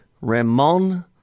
Ramon